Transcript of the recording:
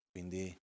quindi